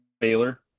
Baylor